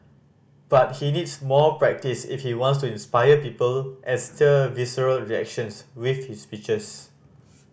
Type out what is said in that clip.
but he needs more practise if he wants to inspire people and stir visceral reactions with his speeches